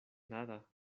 nada